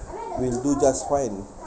will do just fine